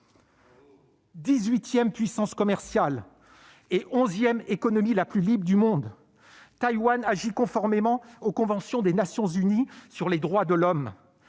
puissance commerciale et onzième économie la plus libre du monde, Taïwan agit conformément aux conventions des Nations unies sur les droits de l'homme.